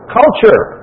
culture